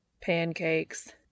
Pancakes